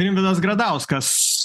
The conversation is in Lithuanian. rimvydas gradauskas